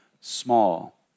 small